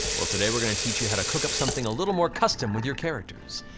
well today we're gonna teach you how to cook up something a little more custom with your characters.